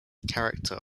character